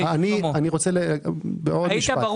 זה לא